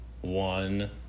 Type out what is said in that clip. One